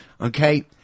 Okay